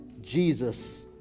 Jesus